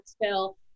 bill